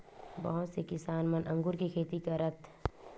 बहुत से किसान मन अगुर के खेती करथ